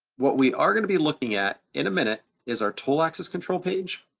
what we are gonna be looking at in a minute, is our tool axis control page,